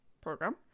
program